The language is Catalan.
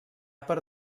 per